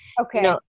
Okay